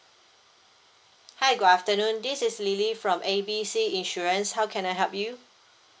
hi good afternoon this is lily from A B C insurance how can I help you